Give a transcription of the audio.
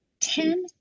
ten